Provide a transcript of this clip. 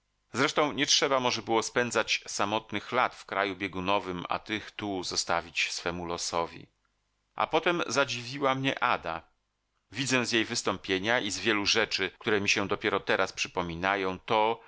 zresztą nie trzeba może było spędzać samotnych lat w kraju biegunowym a tych tu zostawiać swemu losowi a potem zadziwiła mnie ada widzę z jej wystąpienia i z wielu rzeczy które mi się dopiero teraz przypominają to